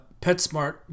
PetSmart